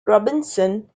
robinson